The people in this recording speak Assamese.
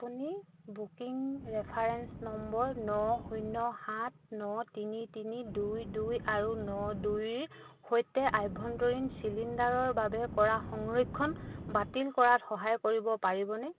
আপুনি বুকিং ৰেফাৰেঞ্চ নম্বৰ ন শূন্য সাত ন তিনি তিনি দুই দুই শূন্য ন দুইৰ সৈতে আভ্যন্তৰীণ চিলিণ্ডাৰৰ বাবে কৰা সংৰক্ষণ বাতিল কৰাত সহায় কৰিব পাৰিবনে